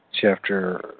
chapter